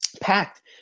packed